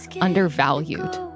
undervalued